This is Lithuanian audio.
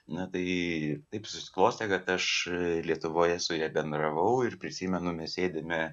na tai taip susiklostė kad aš lietuvoje su ja bendravau ir prisimenu mes sėdime